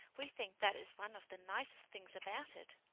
we think that is one of the nicest things about it.